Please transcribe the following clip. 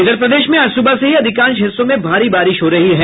इधर प्रदेश में आज सुबह से ही अधिकांश हिस्सों में भारी बारिश हो रही है